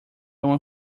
uma